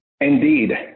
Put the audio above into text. Indeed